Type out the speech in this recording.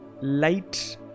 Light